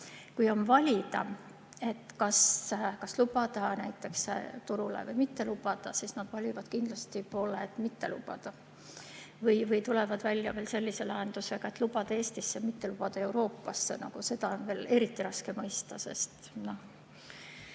kui on valida, kas lubada turule või mitte lubada, siis nad valivad kindlasti otsuse mitte lubada. Või tulevad välja sellise lahendusega, et lubada Eestisse, mitte lubada mujale Euroopasse. Seda on veel eriti raske mõista, sest